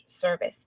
service